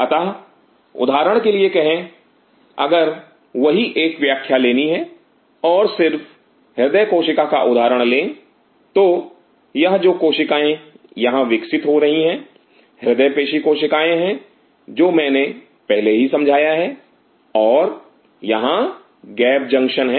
अतः उदाहरण के लिए कहे अगर वही एक व्याख्या लेनी है और सिर्फ हृदय कोशिका का उदाहरण लें Refer Time 0344 तो यह जो कोशिकाएं यहां विकसित हो रही हैं हृदय पेशीकोशिकाएं हैं जो मैंने पहले ही समझाया है और यहां गैप जंक्शन हैं